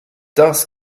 das